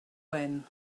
when